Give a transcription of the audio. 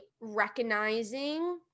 recognizing